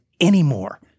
anymore